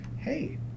hey